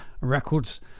Records